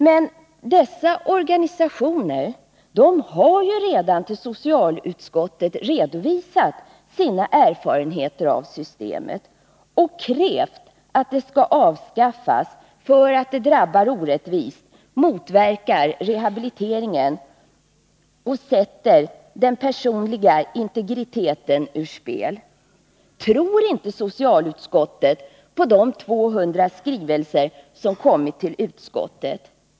Men dessa organisationer har ju redan till socialutskottet redovisat sina erfarenheter av systemet och krävt att det skall avskaffas för att det drabbar orättvist, motverkar rehabilitering och sätter den personliga integriteten ur spel. Tror inte socialutskottet på de 200 skrivelser som kommit till utskottet?